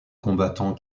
combattants